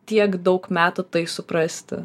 tiek daug metų suprasti